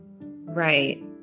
Right